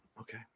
okay